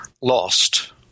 lost –